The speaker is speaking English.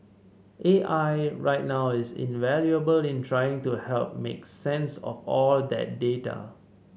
A I right now is invaluable in trying to help make sense of all that data